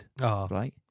right